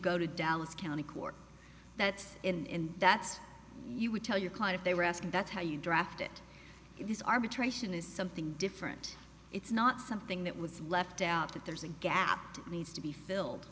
go to dallas county court that's in that's you would tell your client they were asked that's how you draft it is arbitration is something different it's not something that was left out that there's a gap needs to be filled